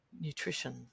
nutrition